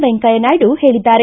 ವೆಂಕಯ್ಯ ನಾಯ್ದು ಹೇಳಿದ್ದಾರೆ